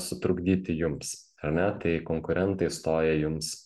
sutrukdyti jums ar ne tai konkurentai stoja jums